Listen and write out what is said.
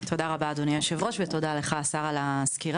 תודה רבה לך אדוני היושב-ראש ותודה לך השר על הסקירה.